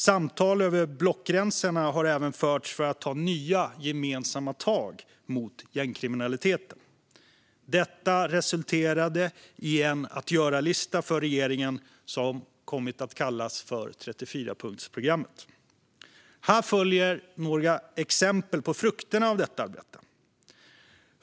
Samtal över blockgränserna har även förts för att ta nya gemensamma tag mot gängkriminaliteten. Detta resulterade i en att-göra-lista för regeringen som kommit att kallas 34-punktsprogrammet. Här följer några exempel på frukterna av detta arbete.